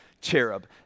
cherub